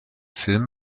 film